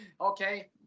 Okay